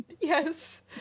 Yes